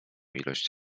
ilość